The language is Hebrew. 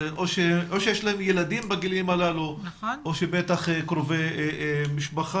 או שיש להם ילדים בגילים הללו או קרובי משפחה.